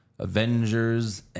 Avengers